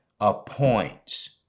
appoints